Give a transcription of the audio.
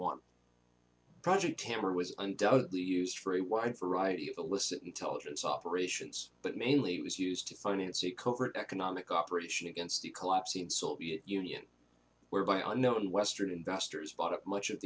one project hammer was undoubtedly used for a wide variety of illicit intelligence operations but mainly it was used to finance a covert economic operation against the collapsing soviet union where by unknown western investors bought up much of